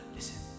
Listen